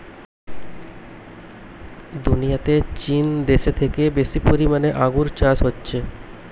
দুনিয়াতে চীন দেশে থেকে বেশি পরিমাণে আঙ্গুর চাষ হচ্ছে